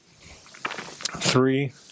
Three